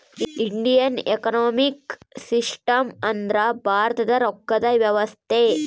Indian economic system ಅಂದ್ರ ಭಾರತದ ರೊಕ್ಕದ ವ್ಯವಸ್ತೆ